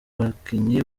bakinnyi